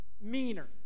meaner